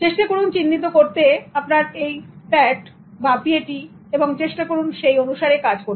চেষ্টা করে চিহ্নিত করুন আপনার PAT এবং চেষ্টা করুন সেই অনুসারে কাজ করতে